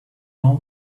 all